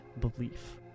belief